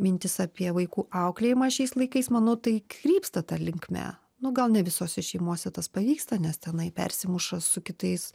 mintys apie vaikų auklėjimą šiais laikais manau tai krypsta ta linkme nu gal ne visose šeimose tas pavyksta nes tenai persimuša su kitais